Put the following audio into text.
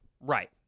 right